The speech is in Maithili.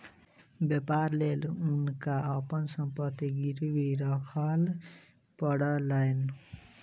व्यापारक लेल हुनका अपन संपत्ति गिरवी राखअ पड़लैन